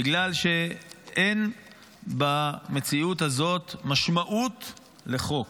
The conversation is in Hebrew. בגלל שאין במציאות הזאת משמעות לחוק,